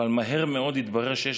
אבל מהר מאוד התברר שיש